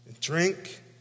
drink